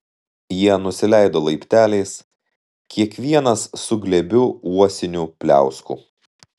jie nusileido laipteliais kiekvienas su glėbiu uosinių pliauskų